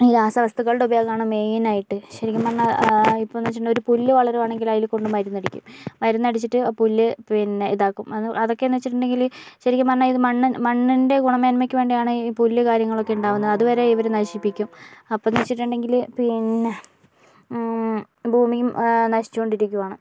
ഈ രാസവസ്തുക്കളുടെ ഉപയോഗം ആണ് മെയിൻ ആയിട്ട് ശരിക്കും പറഞ്ഞാൽ ഇപ്പോഴെന്ന് വെച്ചിട്ടുണ്ടങ്കിൽ ഒരു പുല്ല് വളരുകയാണെങ്കിൽ അതിൽ കൊണ്ടുവന്ന് മരുന്ന് അടിക്കും മരുന്ന് അടിച്ചിട്ട് പുല്ല് പിന്നെ ഇതാകും അതൊക്കെയെന്ന് വെച്ചിട്ടുണ്ടെങ്കിൽ ശരിക്കും പറഞ്ഞാൽ ഇത് മണ്ണ് മണ്ണിൻ്റെ ഗുണമേന്മക്ക് വേണ്ടിയാണ് ഈ പുല്ല് കാര്യങ്ങളൊക്കെ ഉണ്ടാവുന്നത് അതുവരെ ഇവര് നശിപ്പിക്കും അപ്പോൾ എന്ന് വെച്ചിട്ടുണ്ടെങ്കിൽ പിന്നെ ഭൂമിയും നശിച്ചുകൊണ്ടിരിക്കുകയാണ്